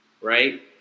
right